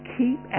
keep